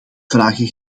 vragen